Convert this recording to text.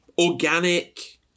organic